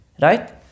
Right